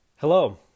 Hello